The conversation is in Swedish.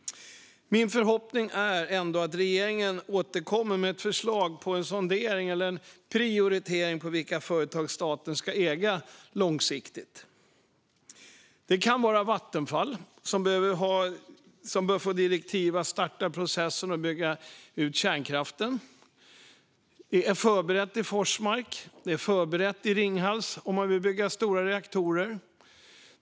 Min förhoppning är ändå att regeringen återkommer med ett förslag på sortering eller prioritering av vilka företag staten ska äga långsiktigt. Det kan vara Vattenfall, som bör få direktiv att starta processen att bygga ut kärnkraften. Det är förberett i Forsmark och i Ringhals om man vill bygga stora reaktorer.